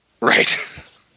Right